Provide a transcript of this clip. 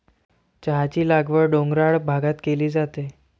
चहाची लागवड डोंगराळ भागात केली जाते